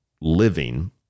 living